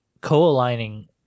co-aligning